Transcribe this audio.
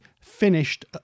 finished